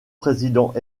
président